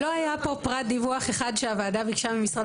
לא היה פה פרט דיווח אחד שהוועדה ביקשה ממשרד